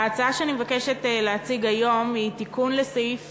ההצעה שאני מבקשת להציג היום היא תיקון לסעיף